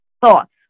thoughts